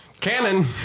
Cannon